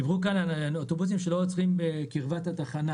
דיברו על אוטובוסים שלא עוצרים בקרבת התחנה